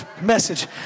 message